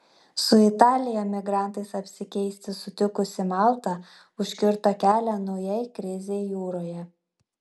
su italija migrantais apsikeisti sutikusi malta užkirto kelią naujai krizei jūroje